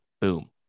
Boom